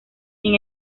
sin